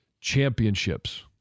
championships